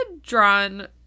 drawn